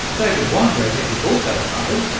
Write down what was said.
david weinberger is also at harvard.